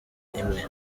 imwe